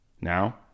Now